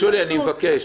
שולי, אני מבקש.